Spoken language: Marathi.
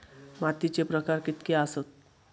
मातीचे प्रकार कितके आसत?